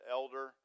elder